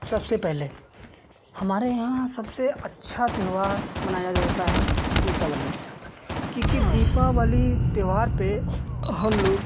सबसे पहले हमारे यहाँ सबसे अच्छा त्योहार मनाया जाता है दीपावली क्योंकि दीपावली त्योहार पर हमलोग